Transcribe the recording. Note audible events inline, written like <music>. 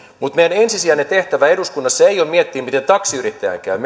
mutta meidän ensisijainen tehtävämme eduskunnassa ei ole miettiä miten taksiyrittäjän käy <unintelligible>